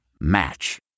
Match